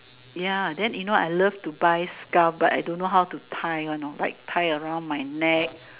ya then you know I love to buy scarf but I don't know how to tie one know like tie around my neck